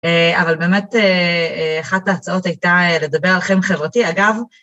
אבל באמת אחת ההצעות הייתה לדבר על חרם חברתי, אגב...